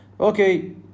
okay